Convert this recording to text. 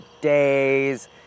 days